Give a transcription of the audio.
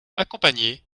accompagnée